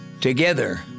Together